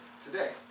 today